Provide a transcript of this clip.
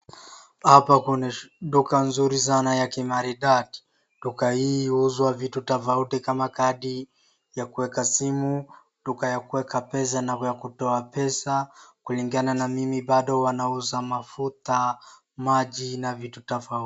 Hapa kuna duka nzuri sana ya kimaridadi. Duka hii huuzwa vitu tofauti kama kadi ya kuweka simu, duka ya kuweka pesa na kutoa pesa kulingana na mimi bado wanauza mafuta, maji na vitu tofauti.